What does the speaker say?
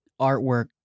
artwork